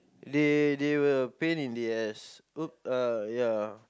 they they were pain in the ass !oops! uh ya